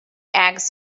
eggs